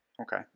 Okay